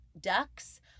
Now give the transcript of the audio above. ducks